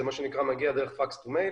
זה מה שנקרא שמגיע דרך פקס למייל.